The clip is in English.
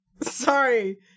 Sorry